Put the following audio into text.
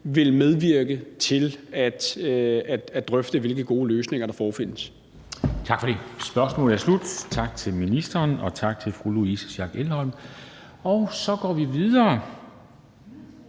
vil medvirke til at drøfte, hvilke gode løsninger der forefindes.